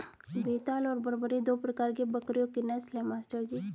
बेताल और बरबरी दो प्रकार के बकरियों की नस्ल है मास्टर जी